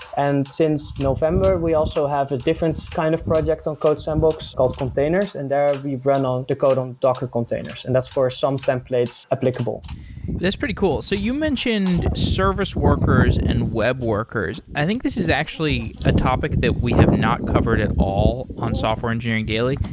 and since november, we also have a different kind of project on codesandbox called containers. and there ah we run the code on docker containers and that's for some templates applicable that's pretty cool. so you mentioned service workers and web workers. i think this is actually a topic that we have not covered at all on software engineering daily.